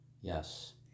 Yes